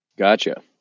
Gotcha